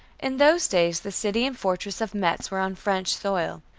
in those days the city and fortress of metz were on french soil.